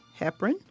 heparin